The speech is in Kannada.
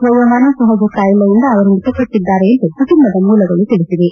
ವಯೋಮಾನ ಸಹಜ ಕಾಯಿಲೆಯಿಂದ ಅವರು ಮೃತಪಟ್ಟಿದ್ದಾರೆ ಎಂದು ಕುಟುಂಬದ ಮೂಲಗಳು ತಿಳಿಸಿವೆ